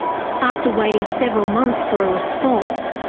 after waiting several months for a response,